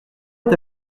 est